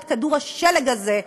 את כדור השלג הזה,